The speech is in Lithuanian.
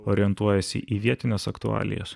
orientuojasi į vietines aktualijas